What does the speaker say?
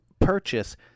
purchase